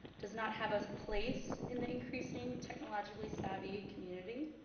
does not have a place in the increasing technologically savvy community,